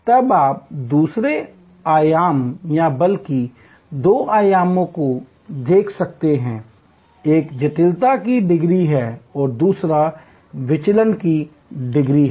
तब आप दूसरे आयाम या बल्कि दो आयामों को देख सकते हैं एक जटिलता की डिग्री है और दूसरा विचलन की डिग्री है